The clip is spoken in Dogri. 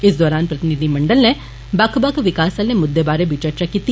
इस दौरान प्रतिनिधिमंडल नै बक्ख बक्ख विकास आले मुद्दे बारै बी चर्चा कीती